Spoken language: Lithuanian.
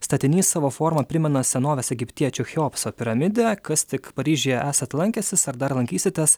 statinys savo forma primena senovės egiptiečių cheopso piramidę kas tik paryžiuje esat lankęsis ar dar lankysitės